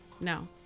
no